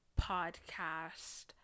podcast